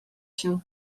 się